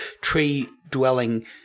tree-dwelling